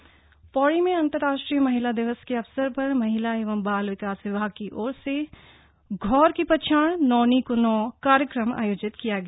महिला दिवस पौडी पौड़ी में अंतरराष्ट्रीय महिला दिवस के अवसर पर महिला एवं बाल विकास विभाग की ओर से घौर कि पच्छ्याण नौनि को नौ कार्यक्रम आयोजित किया गया